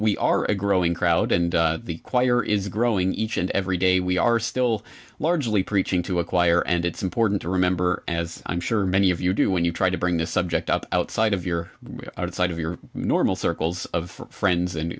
we are a growing crowd and the choir is growing each and every day we are still largely preaching to acquire and it's important to remember as i'm sure many of you do when you try to bring the subject up outside of your outside of your normal circles of friends and